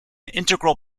integral